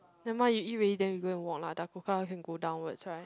nevermind you eat already then we go and walk lah Dakota can go downwards right